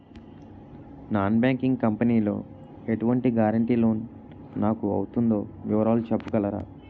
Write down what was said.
Non banking company లో ఎటువంటి guarantee loan నాకు అవుతుందో వివరాలు చెప్పగలరా?